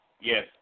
Yes